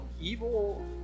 evil